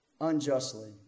unjustly